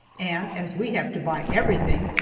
and, as we have to buy everything,